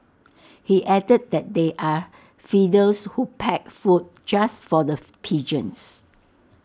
he added that they are feeders who pack food just for the pigeons